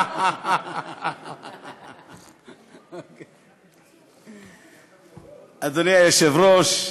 אדוני היושב-ראש,